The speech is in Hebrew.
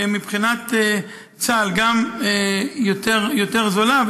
שמבחינת צה"ל היא גם יותר זולה,